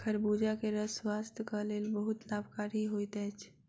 खरबूजा के रस स्वास्थक लेल बहुत लाभकारी होइत अछि